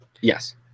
yes